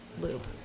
loop